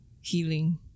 healing